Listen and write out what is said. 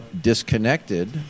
disconnected